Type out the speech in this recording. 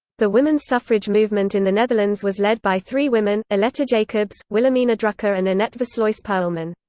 the women's suffrage movement in the netherlands was led by three women aletta jacobs, wilhelmina drucker and annette versluys-poelman.